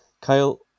Kyle